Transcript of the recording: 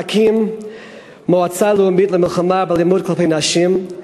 חייבים להקים מועצה לאומית למלחמה באלימות כלפי נשים,